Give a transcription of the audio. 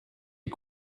est